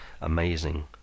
Amazing